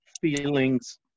feelings